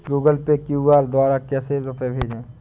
Google Pay QR द्वारा कैसे रूपए भेजें?